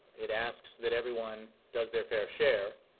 it asks that everyone does their fair share